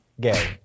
Gay